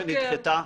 עתירה שנדחתה.